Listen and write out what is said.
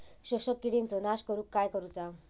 शोषक किडींचो नाश करूक काय करुचा?